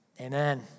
Amen